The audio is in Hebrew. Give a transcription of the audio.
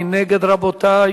מי נגד, רבותי?